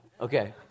Okay